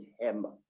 hammer